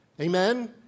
Amen